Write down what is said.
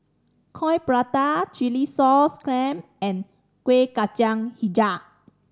Coin Prata chilli sauce clams and Kueh Kacang Hijau